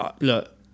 look